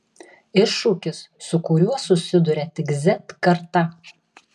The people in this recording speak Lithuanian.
iššūkis su kuriuo susiduria tik z karta